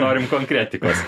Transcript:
norim konkretikos